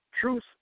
Truth